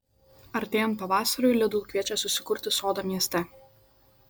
artėjant pavasariui lidl kviečia susikurti sodą mieste